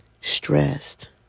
stressed